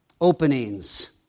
openings